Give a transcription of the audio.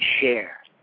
share